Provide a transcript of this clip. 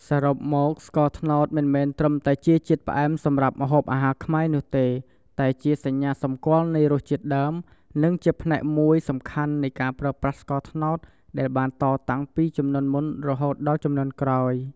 សរុបមក ស្ករត្នោតមិនមែនត្រឹមតែជាជាតិផ្អែមសម្រាប់ម្ហូបអាហារខ្មែរនោះទេ តែជាសញ្ញាសម្គាល់នៃរសជាតិដើម និងជាផ្នែកមួយសំខាន់នៃការប្រើប្រាស់ស្ករត្នោត ដែលបានតតាំងពីជំនាន់មុនរហូតមកដល់ជំនាន់ក្រោយ។